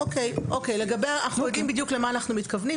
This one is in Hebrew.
אנחנו יודעים בדיוק למה אנחנו מתכוונים.